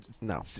no